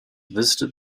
visited